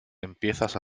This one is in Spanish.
empiezas